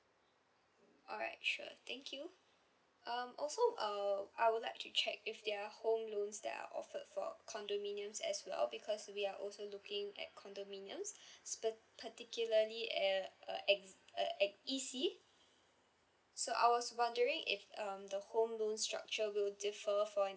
alright sure thank you um also uh I would like to check if there are home loans that are offered for condominiums as well because we are also looking at condominiums sp~ particularly uh uh ex~ uh ex~ E_C so I was wondering if um the home loan structure will differ for an